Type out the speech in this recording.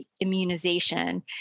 immunization